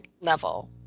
level